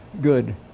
good